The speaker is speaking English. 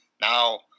now